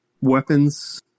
weapons –